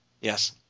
Yes